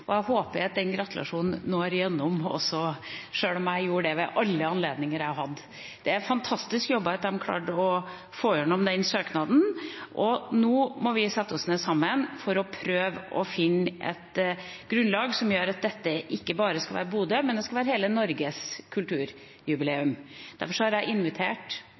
vil jeg også gjøre i dag, og jeg håper gratulasjonen når gjennom, sjøl om jeg også gjorde det ved alle anledninger jeg hadde da. Det er fantastisk jobbet at de klarte å få gjennom den søknaden. Nå må vi sammen sette oss ned for å prøve å finne et grunnlag som gjør at dette ikke bare blir Bodøs, men hele Norges kulturjubileum. Derfor har jeg invitert